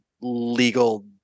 legal